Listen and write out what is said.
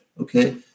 Okay